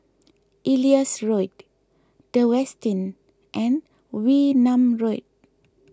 Elias Road the Westin and Wee Nam Road